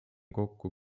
kokku